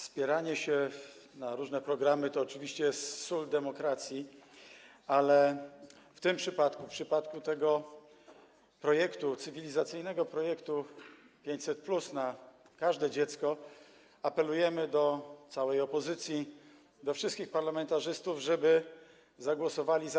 Spieranie się na różne programy to oczywiście jest sól demokracji, ale w tym przypadku, w przypadku tego cywilizacyjnego projektu 500+ na każde dziecko apelujemy do całej opozycji, do wszystkich parlamentarzystów, żeby zagłosowali „za”